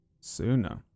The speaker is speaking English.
Sooner